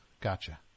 gotcha